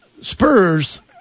Spurs